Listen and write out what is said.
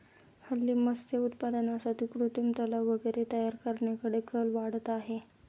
हल्ली मत्स्य उत्पादनासाठी कृत्रिम तलाव वगैरे तयार करण्याकडे कल वाढतो आहे